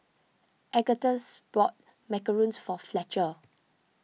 Agustus bought Macarons for Fletcher